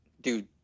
dude